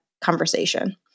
conversation